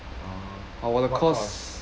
oh what course